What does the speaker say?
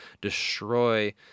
destroy